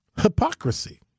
Hypocrisy